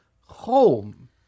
home